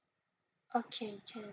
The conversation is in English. okay can